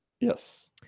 Yes